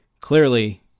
Clearly